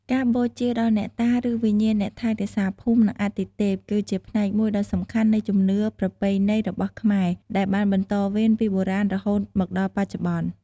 ការបូជាដល់ អ្នកតា ឬ វិញ្ញាណអ្នកថែរក្សាភូមិ និងអាទិទេព គឺជាផ្នែកមួយដ៏សំខាន់នៃជំនឿប្រពៃណីរបស់ខ្មែរ ដែលបានបន្តវេនពីបុរាណរហូតមកដល់បច្ចុប្បន្ន។